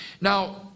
Now